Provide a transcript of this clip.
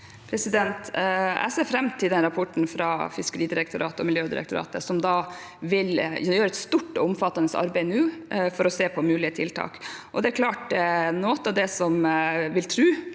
Jeg ser fram til den rapporten fra Fiskeridirektoratet og Miljødirektoratet, som gjør et stort og omfattende arbeid nå for å se på mulige tiltak. Det er klart at noe av det jeg vil tro